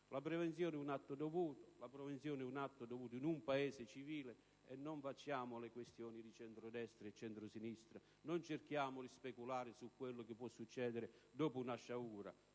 prevenire. La prevenzione è un atto dovuto in un Paese civile: non facciamo questioni di centrodestra o centrosinistra; non cerchiamo di speculare su quanto può succedere dopo una sciagura.